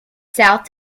south